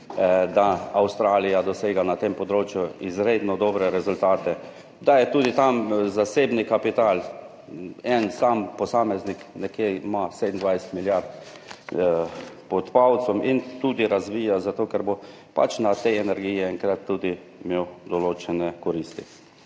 da Avstralija dosega na tem področju izredno dobre rezultate, da je tudi tam zasebni kapital. En sam posameznik ima pod palcem nekje 27 milijard in tudi razvija, zato ker bo imel od te energije enkrat tudi določene koristi.